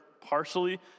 partially